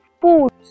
foods